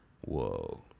Whoa